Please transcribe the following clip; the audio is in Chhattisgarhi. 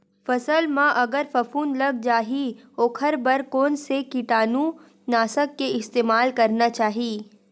फसल म अगर फफूंद लग जा ही ओखर बर कोन से कीटानु नाशक के इस्तेमाल करना चाहि?